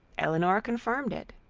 elinor confirmed it.